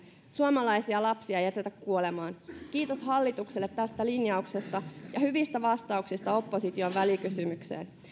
suomalaisia lapsia ei jätetä kuolemaan kiitos hallitukselle tästä linjauksesta ja hyvistä vastauksista opposition välikysymykseen